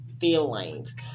feelings